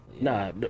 nah